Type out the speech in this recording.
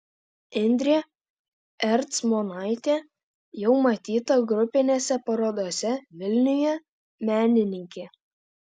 indrė ercmonaitė jau matyta grupinėse parodose vilniuje menininkė